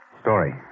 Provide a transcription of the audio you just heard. Story